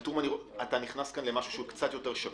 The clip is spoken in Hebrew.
אתה נכנס עכשיו למשהו שהוא קצת יותר שקוף.